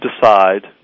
decide